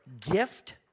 gift